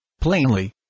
Plainly